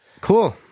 cool